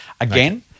again